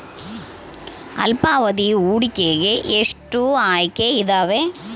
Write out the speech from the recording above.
ಅಲ್ಪಾವಧಿ ಹೂಡಿಕೆಗೆ ಎಷ್ಟು ಆಯ್ಕೆ ಇದಾವೇ?